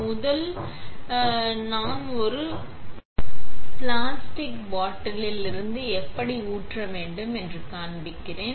முதல் நான் ஒரு பிளாஸ்டிக் பாட்டில் இருந்து ஊற்ற எப்படி நீங்கள் காண்பிக்கும்